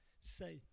Say